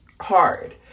hard